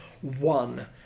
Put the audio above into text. One